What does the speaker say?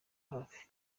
hafi